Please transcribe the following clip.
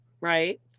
Right